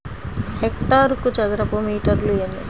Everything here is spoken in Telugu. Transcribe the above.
హెక్టారుకు చదరపు మీటర్లు ఎన్ని?